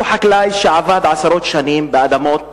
הוא חקלאי שעבד עשרות שנים באדמות